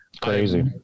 Crazy